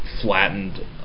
flattened